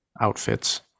outfits